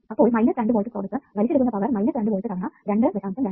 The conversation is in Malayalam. അപ്പോൾ മൈനസ് 2 വോൾട്ട് സ്രോതസ്സ് വലിച്ചെടുക്കുന്ന പവർ 2 വോൾട്ട് തവണ 2